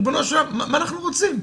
ריבונו של עולם, מה אנחנו רוצים?